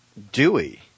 Dewey